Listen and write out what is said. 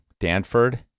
Danford